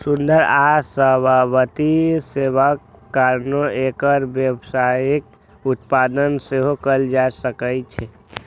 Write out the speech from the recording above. सुंदर आ सजावटी हेबाक कारणें एकर व्यावसायिक उत्पादन सेहो कैल जा सकै छै